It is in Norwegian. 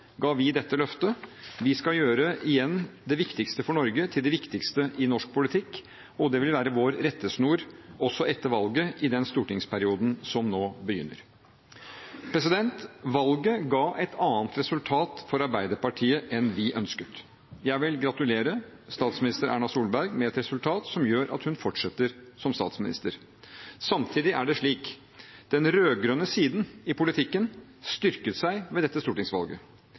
ga vi dette løftet: «Vi skal gjøre det viktigste for Norge til det viktigste i norsk politikk.» Det vil være vår rettesnor også etter valget, i den stortingsperioden som nå begynner. Valget ga et annet resultat for Arbeiderpartiet enn vi ønsket. Jeg vil gratulere statsminister Erna Solberg med et resultat som gjør at hun fortsetter som statsminister. Samtidig er det slik: Den rød-grønne siden i politikken styrket seg ved dette stortingsvalget.